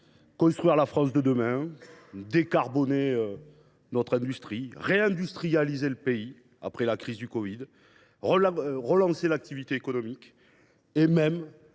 construire la France de demain, décarboner notre industrie, réindustrialiser le pays après la crise du covid 19, relancer l’activité économique et même